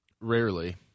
Rarely